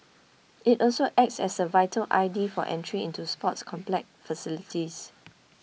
it also acts as a virtual I D for entry into sports complex facilities